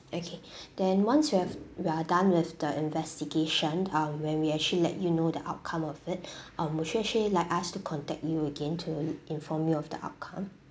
okay then once we have we are done with the investigation um we will actually let you know the outcome of it um would you actually like us to contact you again to in~ inform you of the outcome